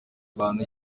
bantu